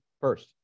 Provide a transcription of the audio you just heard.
First